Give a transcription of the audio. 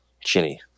chinny